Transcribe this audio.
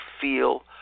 feel